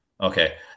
Okay